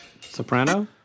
Soprano